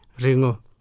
ringo